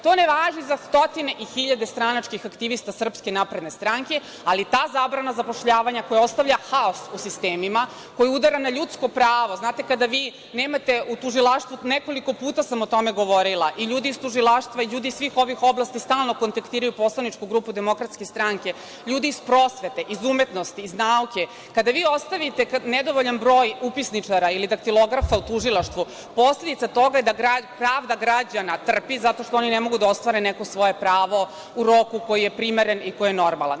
To ne važi za stotine i hiljade stranačkih aktivista SNS, ali ta zabrana zapošljavanja koja ostavlja haos u sistemima, koja udara na ljudsko pravo, znate, kada vi nemate u tužilaštvu, nekoliko puta sam o tome govorila, i ljudi iz Tužilaštva, ljudi iz svih ovih oblasti stalno kontaktiraju poslaničku grupu DS, ljudi iz prosvete, iz umetnosti, iz nauke, kada vi ostavite nedovoljan broj upisničara ili daktilografa u Tužilaštvu, posledica toga je da pravda građana trpi zato što oni ne mogu da ostvare neko svoje pravo u roku koji je primeren i koji je normalan.